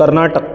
Karnataka